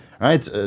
right